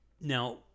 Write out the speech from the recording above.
now